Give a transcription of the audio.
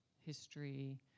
history